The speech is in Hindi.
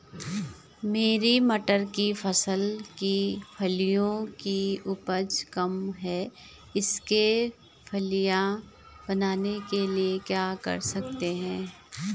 मेरी मटर की फसल की फलियों की उपज कम है इसके फलियां बनने के लिए क्या कर सकते हैं?